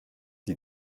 die